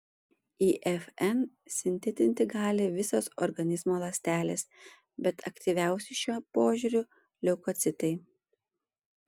ifn sintetinti gali visos organizmo ląstelės bet aktyviausi šiuo požiūriu leukocitai